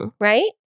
right